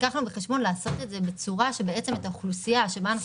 לקחנו בחשבון לעשות את זה בצורה שבעצם את האוכלוסייה שבה אנחנו